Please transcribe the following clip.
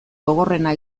gogorrena